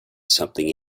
something